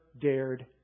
dared